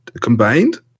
combined